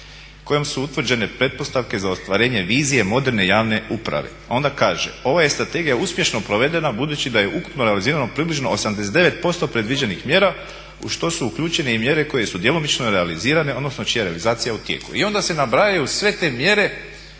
su utvrđene pretpostavke za ostvarenje vizije moderne javne uprave. Onda kaže, ova je strategija uspješno provedena budući da je ukupno realizirano približno 89% predviđenih mjere u što su uključene i mjere koje su djelomično realizirane odnosno čija je realizacija u tijeku. I onda se nabrajaju sve te mjere